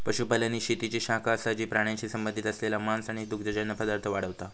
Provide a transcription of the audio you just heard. पशुपालन ही शेतीची शाखा असा जी प्राण्यांशी संबंधित असलेला मांस आणि दुग्धजन्य पदार्थ वाढवता